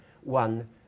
one